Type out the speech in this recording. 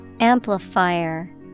Amplifier